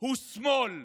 הוא שמאל.